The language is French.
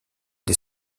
des